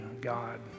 God